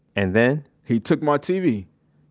and then, he took my tv.